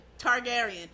Targaryen